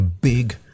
big